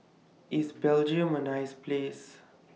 IS Belgium A nice Place